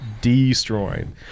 destroying